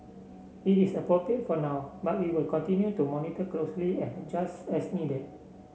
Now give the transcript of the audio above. it is appropriate for now but we will continue to monitor closely and adjust as needed